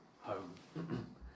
home